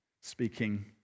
speaking